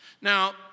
Now